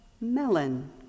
melon